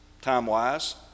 time-wise